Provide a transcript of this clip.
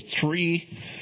three